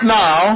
now